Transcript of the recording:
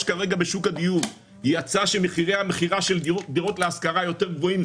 כרגע בשוק הדיור יצא שמחירי המכירה של דירות להשכרה יותר גבוהים,